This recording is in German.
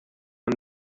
man